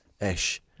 ish